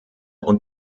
und